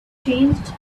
changed